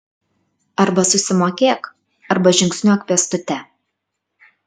arba susimokėk arba žingsniuok pėstute